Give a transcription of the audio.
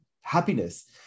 happiness